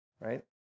right